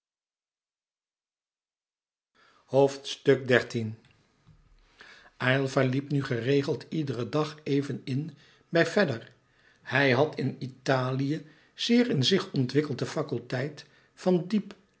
aylva liep nu geregeld iederen dag even in bij fedder hij had in italië zeer in zich ontwikkeld de faculteit van diep